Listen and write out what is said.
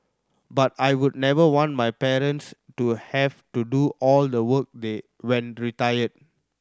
but I would never want my parents to have to do all the work they when retired